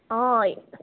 অঁ